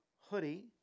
hoodie